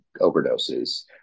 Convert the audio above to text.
overdoses